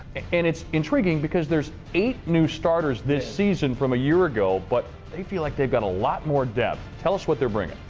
and it's intriguing, because there's eight new starters this season from a year ago. but they feel like they've got a lot more depth. tell us what they're bringing.